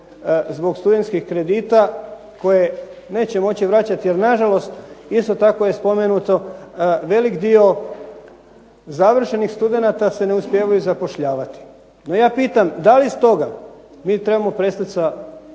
zbog studentskih kredita koje neće moći vraćati, jer na žalost isto tako je spomenuto velik dio završenih studenata se ne uspijevaju zapošljavati. No ja pitam da li stoga mi trebamo prestati sa